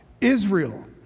Israel